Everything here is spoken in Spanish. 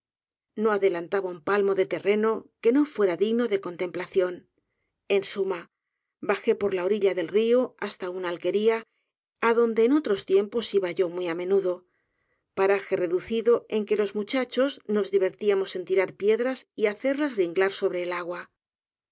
no adelantaba un palmo de terreno que no fuera digno de contemplación en suma bajó por la orilla del rio hasta una alquería adonde en otros tiempos iba yo muy á menudo paraje reducido en que los muchachos nos divertíamos en tirar piedras y hacerlas ringlar sobre el agua